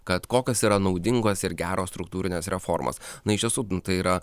kad kokios yra naudingos ir geros struktūrinės reformos na iš tiesų tai yra